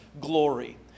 glory